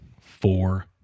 four